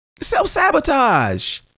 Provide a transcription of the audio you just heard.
Self-sabotage